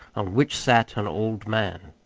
on which sat an old man.